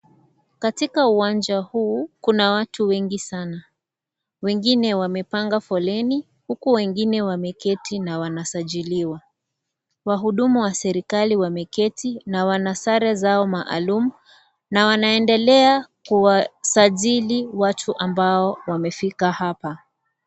Katika uwanja huu kuna watu wengi sana. Wengine wamepanga foleni na wengine wameketi huku wanasajiliwa. Wahudumu wa serikali wameketi na wana sare zao maalum na wanaendelea kuwasajili watu ambao wamefika hapa.